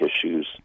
issues